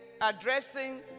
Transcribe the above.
addressing